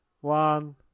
One